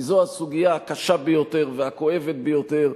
כי זו הסוגיה הקשה ביותר והכואבת ביותר,